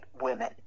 women